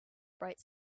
bright